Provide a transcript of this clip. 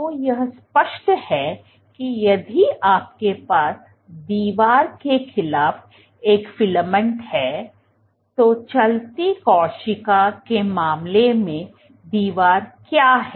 तो यह स्पष्ट है कि यदि आपके पास दीवार के खिलाफ एक फिलामेंट है तो चलती कोशिका के मामले में दीवार क्या है